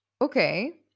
Okay